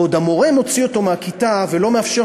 ועוד המורה מוציא אותו מהכיתה ולא מאפשר